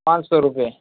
پانچ سو روپے